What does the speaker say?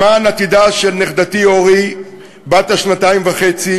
למען עתידה של נכדתי אורי בת השנתיים וחצי